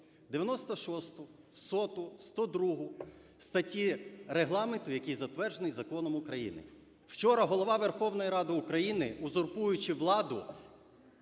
96, 100, 102 статті Регламенту, який затверджений законом України. Вчора Голова Верховної Ради України, узурпуючи владу,